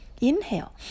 Inhale